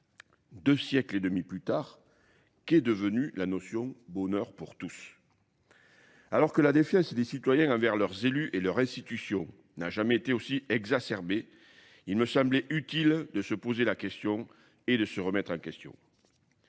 Deux siècles et demi plus tard, qu'est devenu la notion « bonheur pour tous »? Alors que la défiance des citoyens envers leurs élus et leurs institutions n'a jamais été aussi exacerbée, il me semblait utile de se poser la question et de se remettre en question.